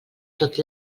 tot